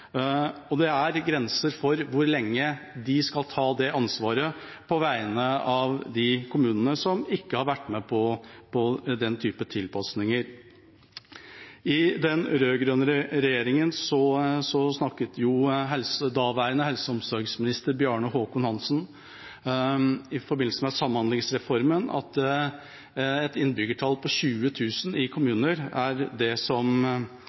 og det er grenser for hvor lenge de skal ta det ansvaret på vegne av de kommunene som ikke har vært med på den type tilpasninger. I den rød-grønne regjeringa snakket daværende helse- og omsorgsminister Bjarne Håkon Hanssen, i forbindelse med samhandlingsreformen, om at et innbyggertall i kommunene på 20 000 er noe i nærheten av det ideelle for å skape denne bærekraften som